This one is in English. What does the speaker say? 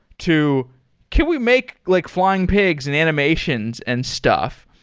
to can we make like flying pigs and animations and stuff?